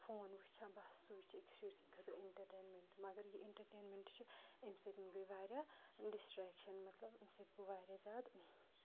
phone وٕچھان بَس سُے چھِ أکِس شُرۍ سِنٛدِ خٲطرٕ اِنٹَرٹینمینٛٹ مگر یہِ اِنٹَرٹینمینٛٹ چھُ امہِ سۭتۍ گٔیے واریاہ ڈِسٹرٛیکشَن مطلب اَمہِ سۭتۍ گوٚو واریاہ زیادٕ